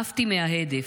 עפתי מההדף.